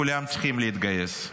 כולם צריכים להתגייס.